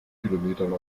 kilometern